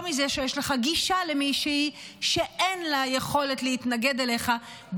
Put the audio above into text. או מזה שיש לך גישה למישהי שאין לה יכולת להתנגד אליך,